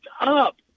up